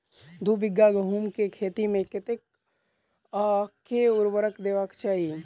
दु बीघा गहूम केँ खेत मे कतेक आ केँ उर्वरक देबाक चाहि?